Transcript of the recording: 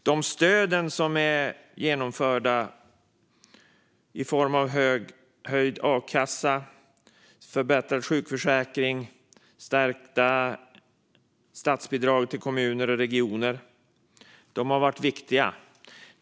De stöd som har genomförts i form av höjd akassa, förbättrad sjukförsäkring, stärkta statsbidrag till kommuner och regioner har varit viktiga.